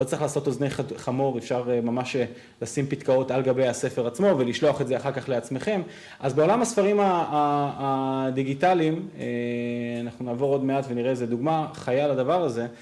‫לא צריך לעשות אוזני חמור, ‫אפשר ממש לשים פתקאות ‫על גבי הספר עצמו ‫ולשלוח את זה אחר כך לעצמכם. ‫אז בעולם הספרים הדיגיטליים, ‫אנחנו נעבור עוד מעט ‫ונראה איזה דוגמה חיה לדבר הזה.